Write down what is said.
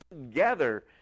together